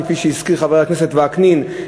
כפי שהזכיר חבר הכנסת וקנין,